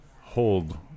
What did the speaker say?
hold